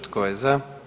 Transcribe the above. Tko je za?